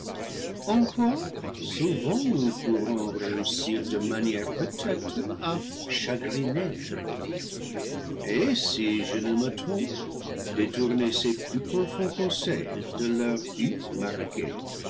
souvent nous pourrons réussir de manière peut-être à chagri ner l'ennemi et si je ne me trompe détourner ses plus pro fonds conseils de leur but marqué